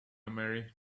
marry